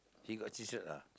he got cheated ah